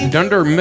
Dunder